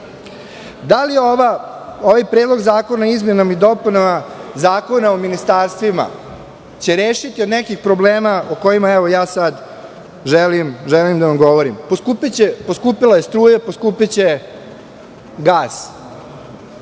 li ovaj Predlog zakona o izmenama i dopunama Zakona o ministarstvima će rešiti od nekih problema o kojima ja sada želim da vam govorim? Poskupela je struja, poskupeće gas.